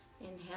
inhale